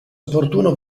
opportuno